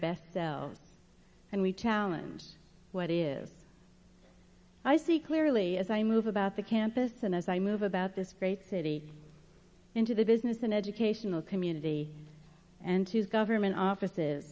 selves and we challenge what is i see clearly as i move about the campus and as i move about this great city into the business and educational community and to government offices